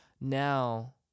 now